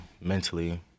mentally